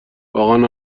واقعا